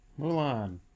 Mulan